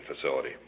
facility